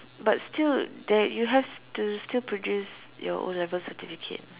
but still there you have to still produce your O-level certificate